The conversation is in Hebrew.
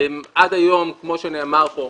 עד היום, כמו שנאמר כאן,